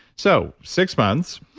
so six months,